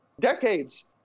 decades